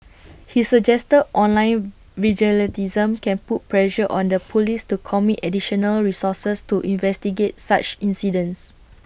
he suggested online vigilantism can put pressure on the Police to commit additional resources to investigate such incidents